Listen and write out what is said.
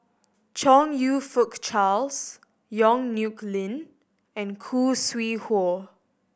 Chong You Fook Charles Yong Nyuk Lin and Khoo Sui Hoe